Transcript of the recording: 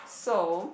so